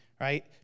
Right